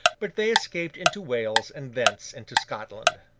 but they escaped into wales and thence into scotland.